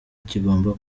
kigomba